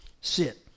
Sit